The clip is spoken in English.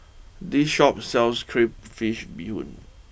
this Shop sells Crayfish BeeHoon